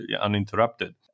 uninterrupted